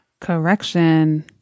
correction